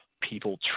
people